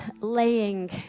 laying